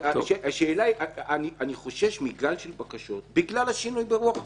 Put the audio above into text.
אני חושש מגל של בקשות בגלל השינוי ברוח החוק,